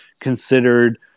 considered